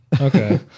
Okay